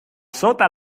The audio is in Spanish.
sota